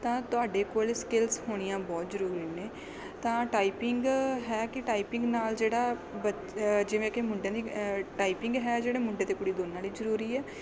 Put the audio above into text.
ਤਾਂ ਤੁਹਾਡੇ ਕੋਲ ਸਕਿੱਲਸ ਹੋਣੀਆਂ ਬਹੁਤ ਜ਼ਰੂਰੀ ਨੇ ਤਾਂ ਟਾਈਪਿੰਗ ਹੈ ਕਿ ਟਾਈਪਿੰਗ ਨਾਲ ਜਿਹੜਾ ਬੱਚ ਜਿਵੇਂ ਕਿ ਮੁੰਡਿਆਂ ਦੀ ਟਾਈਪਿੰਗ ਹੈ ਜਿਹੜੇ ਮੁੰਡੇ ਅਤੇ ਕੁੜੀ ਦੋਨਾਂ ਲਈ ਜ਼ਰੂਰੀ ਹੈ